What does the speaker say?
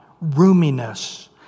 roominess